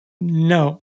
no